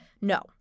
no